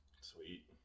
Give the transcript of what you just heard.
Sweet